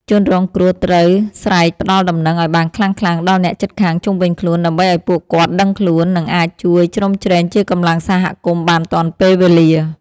ជនរងគ្រោះត្រូវស្រែកផ្ដល់ដំណឹងឱ្យបានខ្លាំងៗដល់អ្នកជិតខាងជុំវិញខ្លួន ដើម្បីឱ្យពួកគាត់ដឹងខ្លួន និងអាចជួយជ្រោមជ្រែងជាកម្លាំងសហគមន៍បានទាន់ពេលវេលា។